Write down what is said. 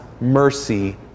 mercy